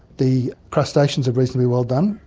the crustaceans are reasonably well done,